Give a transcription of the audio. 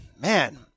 man